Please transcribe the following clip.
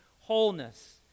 wholeness